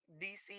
DC